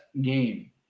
game